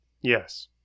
yes